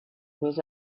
was